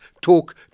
talk